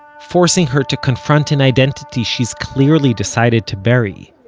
forcing her to confront an identity she's clearly decided to bury?